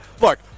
Look